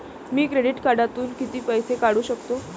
मी credit कार्डातून किती पैसे काढू शकतो?